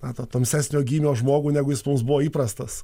na tą tamsesnio gymio žmogų negu jis mums buvo įprastas